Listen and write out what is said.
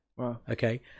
okay